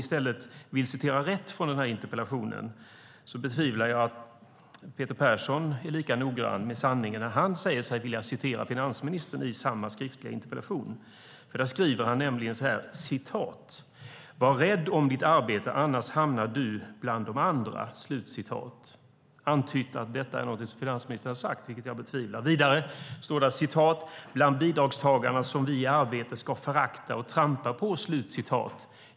Om jag sedan vill citera rätt från interpellationen betvivlar jag att Peter Persson är lika noggrann med sanningen när han säger sig vilja citera finansministern i samma skriftliga interpellation. Han skriver så här: '"Var rädd om Ditt arbete annars hamnar Du bland dom andra!'" Han antyder att detta är någonting som finansministern har sagt, vilket jag betvivlar. Vidare står det: '"Bland bidragstagarna som vi i arbete ska förakta och trampa på.'"